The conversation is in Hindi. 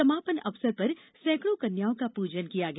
समापन अवसर पर सैकड़ों कन्याओ का पूजन किया गया